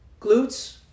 glutes